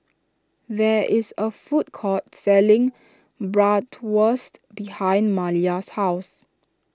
there is a food court selling Bratwurst behind Maliyah's house